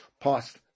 past